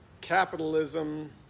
capitalism